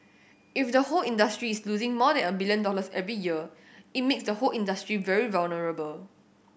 if the whole industries losing more than a billion dollars every year it makes the whole industry very vulnerable